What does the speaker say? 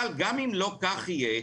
אבל גם אם לא כך יהיה,